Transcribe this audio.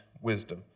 wisdom